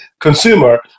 consumer